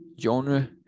genre